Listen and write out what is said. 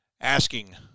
asking